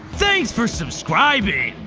thanks for subscribing!